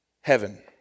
heaven